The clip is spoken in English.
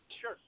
Sure